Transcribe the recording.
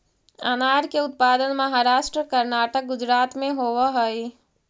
अनार के उत्पादन महाराष्ट्र, कर्नाटक, गुजरात में होवऽ हई